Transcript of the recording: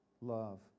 love